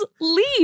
leave